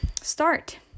start